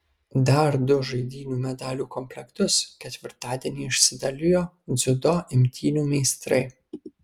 dar du žaidynių medalių komplektus ketvirtadienį išsidalijo dziudo imtynių meistrai